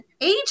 age